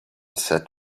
set